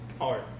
art